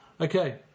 okay